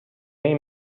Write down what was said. این